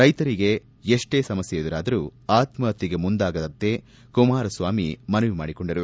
ರೈತರಿಗೆ ಎಷ್ಟೇ ಸಮಸ್ಕೆ ಎದುರಾದರೂ ಆತ್ಸಹತ್ಯೆಗೆ ಮುಂದಾಗದಂತೆ ಕುಮಾರಸ್ವಾಮಿ ಮನವಿ ಮಾಡಿಕೊಂಡರು